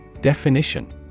Definition